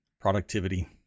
productivity